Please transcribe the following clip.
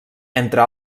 entre